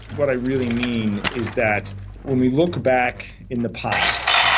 what i really mean is that when we look back in the past,